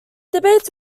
debates